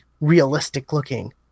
realistic-looking